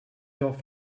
off